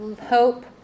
Hope